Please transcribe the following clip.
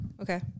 Okay